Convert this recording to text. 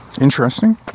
interesting